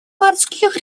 морских